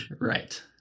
Right